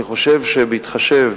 אני חושב שבהתחשב